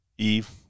Eve